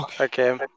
Okay